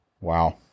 Wow